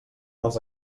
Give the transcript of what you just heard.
els